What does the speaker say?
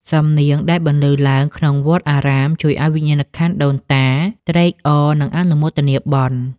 សំនៀងដែលបន្លឺឡើងក្នុងវត្តអារាម ជួយឱ្យវិញ្ញាណក្ខន្ធដូនតាត្រេកអរ និងអនុមោទនាបុណ្យ។